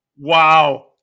Wow